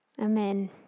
Amen